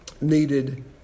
needed